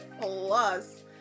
plus